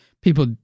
people